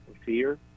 fear